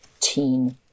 teen